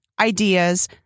ideas